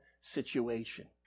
situation